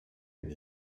bild